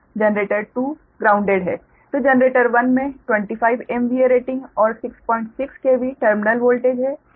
तो जनरेटर 1 में 25 MVA rating और 66 KV टर्मिनल वोल्टेज है